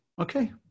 Okay